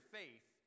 faith